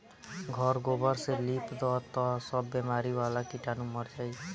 घर गोबर से लिप दअ तअ सब बेमारी वाला कीटाणु मर जाइ